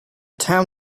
town